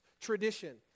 tradition